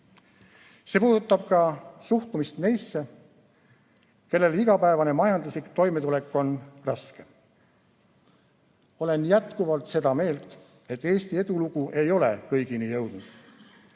See puudutab ka suhtumist neisse, kellele igapäevane majanduslik toimetulek on raske. Olen jätkuvalt seda meelt, et Eesti edulugu ei ole kõigini jõudnud.